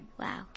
Wow